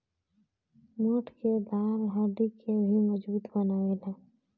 मोठ के दाल हड्डी के भी मजबूत बनावेला